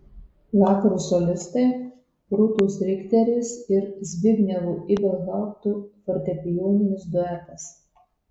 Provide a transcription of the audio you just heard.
vakaro solistai rūtos rikterės ir zbignevo ibelhaupto fortepijoninis duetas